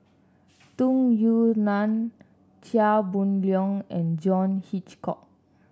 Tung Yue Nang Chia Boon Leong and John Hitchcock